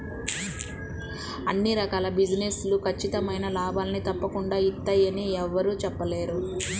అన్ని రకాల బిజినెస్ లు ఖచ్చితమైన లాభాల్ని తప్పకుండా ఇత్తయ్యని యెవ్వరూ చెప్పలేరు